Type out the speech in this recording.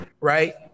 right